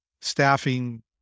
staffing